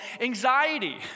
anxiety